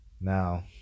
Now